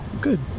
Good